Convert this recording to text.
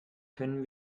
können